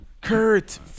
Kurt